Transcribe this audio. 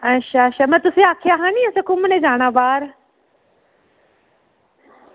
अच्छा अच्छा में तुसेंगी आक्खेआ नी असें घुम्मनै गी जाना बाहर